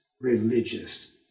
religious